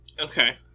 Okay